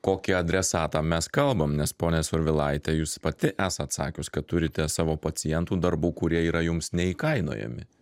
kokį adresatą mes kalbam nes ponia survilaite jūs pati esate sakius kad turite savo pacientų darbų kurie yra jums neįkainojami